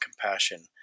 compassion